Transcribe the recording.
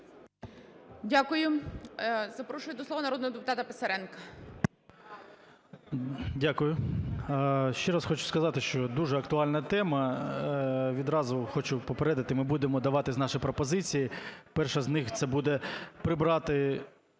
Дякую. Запрошую до слова народного депутата Писаренка. 16:44:18 ПИСАРЕНКО В.В. Дякую. Ще раз хочу сказати, що дуже актуальна тема. Відразу хочу попередити, ми будемо давати наші пропозиції. Перша з них – це буде прибрати